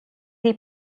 des